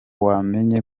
wamenye